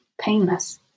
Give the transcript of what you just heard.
painless